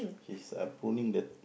he's uh pulling the